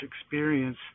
experience